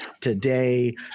today